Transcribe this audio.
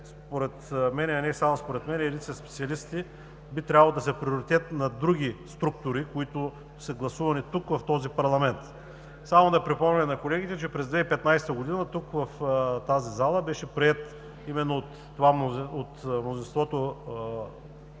според мен, а и според редица специалисти би трябвало да са приоритет на други структури, които са гласувани тук, в този парламент. Само да припомня на колегите, че през 2015 г. в тази зала беше приет именно от мнозинството,